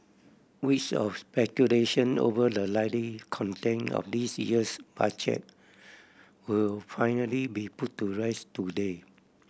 weeks of speculation over the likely content of this year's Budget will finally be put to rest today